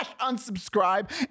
unsubscribe